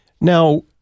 Now